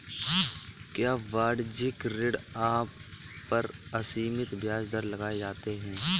क्या वाणिज्यिक ऋण पर असीमित ब्याज दर लगाए जाते हैं?